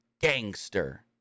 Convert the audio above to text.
gangster